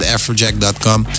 Afrojack.com